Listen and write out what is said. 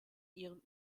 ihren